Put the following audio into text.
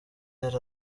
yari